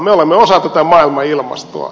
me olemme osa tätä maailman ilmastoa